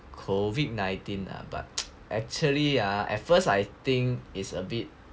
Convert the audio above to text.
COVID nineteen err but actually ah at first I think is a bit